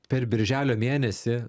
per birželio mėnesį